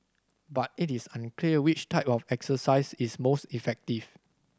but it is unclear which type of exercise is most effective